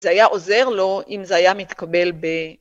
זה היה עוזר לו אם זה היה מתקבל ב...